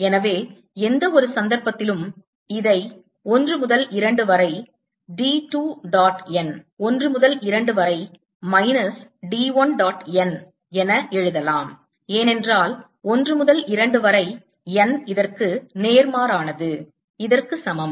எனவே எந்தவொரு சந்தர்ப்பத்திலும் இதை 1 முதல் 2 வரை D 2 டாட் n 1 முதல் 2 வரை மைனஸ் D 1 டாட் n என எழுதலாம் ஏனென்றால் 1 முதல் 2 வரை n இதற்கு நேர்மாறானது இதற்கு சமம்